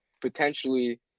potentially